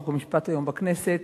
חוק ומשפט היום בכנסת